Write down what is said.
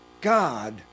God